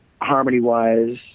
harmony-wise